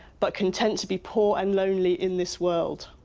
but content to be poor and lonely in this world.